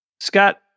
Scott